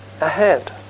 ahead